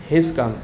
हेच काम